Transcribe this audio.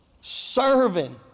Serving